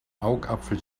augapfel